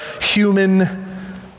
human